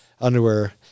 underwear